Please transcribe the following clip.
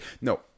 no